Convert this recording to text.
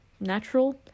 natural